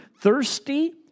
thirsty